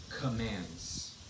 commands